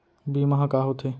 बीमा ह का होथे?